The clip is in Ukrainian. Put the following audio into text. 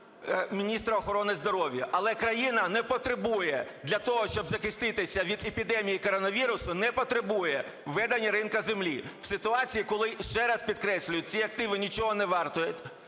міністра охорони здоров'я. Але країна не потребує для того, щоб захиститися від епідемії коронавірусу, не потребує введення ринку землі, в ситуації, коли, ще раз підкреслюю, ці активи нічого не вартують,